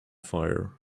fire